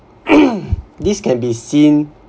this can be seen